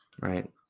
Right